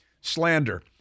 slander